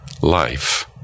life